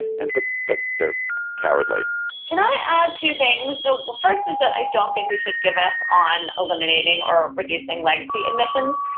and but but they're cowardly can i add two things. so the first is that i don't think we should give up on eliminating or reducing legacy emissions.